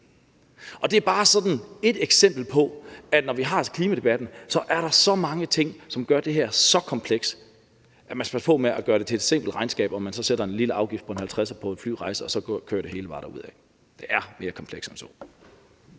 Det er bare sådan ét eksempel på, at når vi har klimadebatten, er der så mange ting, som gør det her så komplekst, at man skal passe på med at gøre det til et simpelt regnskab, hvor man sætter en lille afgift på en halvtredser på en flyrejse, og så kører det hele bare derudad. Det er mere komplekst end som